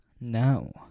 No